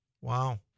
Wow